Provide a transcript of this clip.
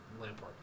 Lampard